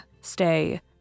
stay